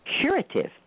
curative